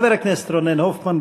חבר הכנסת רונן הופמן,